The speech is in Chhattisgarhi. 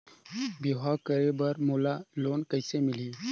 बिहाव करे बर मोला लोन कइसे मिलही?